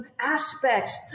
aspects